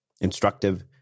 instructive